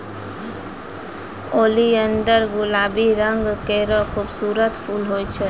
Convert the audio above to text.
oleander गुलाबी रंग केरो खूबसूरत फूल होय छै